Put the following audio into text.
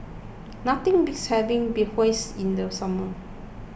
nothing beats having Bratwurst in the summer